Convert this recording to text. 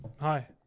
Hi